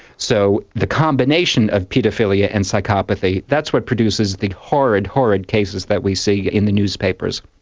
so the combination of paedophilia and psychopathy, that's what produces the horrid, horrid cases that we see in the newspapers.